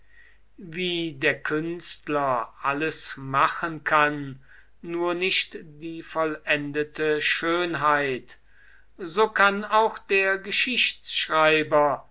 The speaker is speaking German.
wie der künstler alles machen kann nur nicht die vollendete schönheit so kann auch der